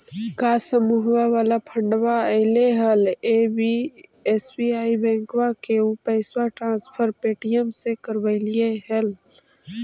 का समुहवा वाला फंडवा ऐले हल एस.बी.आई बैंकवा मे ऊ पैसवा ट्रांसफर पे.टी.एम से करवैलीऐ हल?